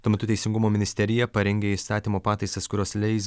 tuo metu teisingumo ministerija parengė įstatymo pataisas kurios leis